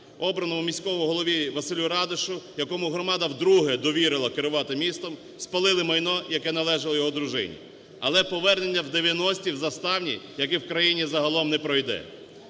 Обраному міському голові Василю Радишу, якому громада вдруге довірила керувати містом, спалили майно, яке належало його дружині. Але повернення в 90-і в Заставні, як і в країні загалом, не пройде.